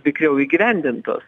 vikriau įgyvendintos